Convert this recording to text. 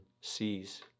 sees